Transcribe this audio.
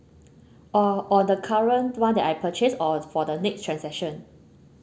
or or the current one that I purchase or for the next transaction